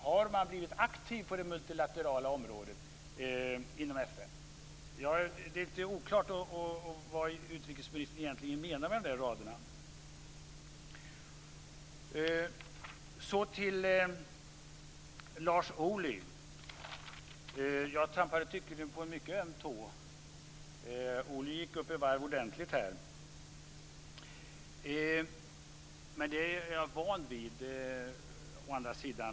Har man blivit aktiv på det multilaterala området inom FN? Det är lite oklart vad utrikesministern egentligen menar med dessa rader. Jag går så över till Lars Ohly. Jag trampade tydligen på en mycket öm tå. Ohly gick upp i varv ordentligt. Men det är jag å andra sidan van vid.